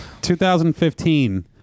2015